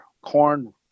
corn